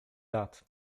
lat